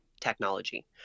technology